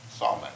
sawman